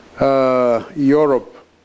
Europe